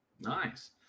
Nice